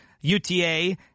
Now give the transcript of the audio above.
UTA –